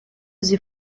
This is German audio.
sie